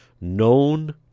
known